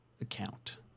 account